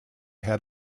had